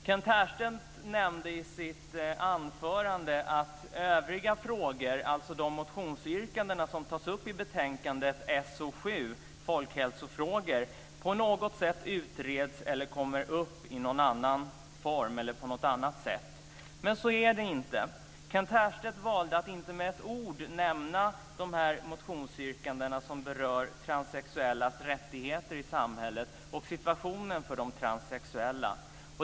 Kent Härstedt nämnde i sitt anförande att övriga frågor, dvs. de motionsyrkanden som tas upp i betänkande SoU7 Folkhälsofrågor m.m., på något sätt utreds eller tas med på något annat sätt. Men så är det inte. Kent Härstedt valde att inte med ett ord nämna de motionsyrkanden som berör transsexuellas rättigheter och deras situation i samhället.